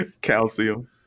Calcium